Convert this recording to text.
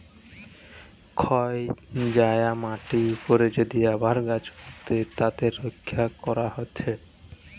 ক্ষয় যায়া মাটির উপরে যদি আবার গাছ পুঁতে তাকে রক্ষা করা হতিছে